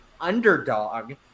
underdog